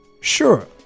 Sure